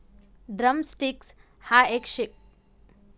drum sticks हा एक प्रकारचा शेंगा आहे, त्या भाज्या बनवण्यासाठी वापरल्या जातात